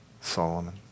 Solomon